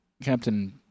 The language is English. Captain